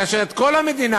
כאשר את כל המדינה,